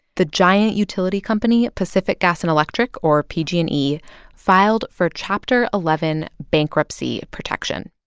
the giant utility company pacific gas and electric or pg and e filed for chapter eleven bankruptcy protection.